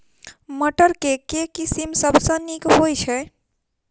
मटर केँ के किसिम सबसँ नीक होइ छै?